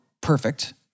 perfect